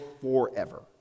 forever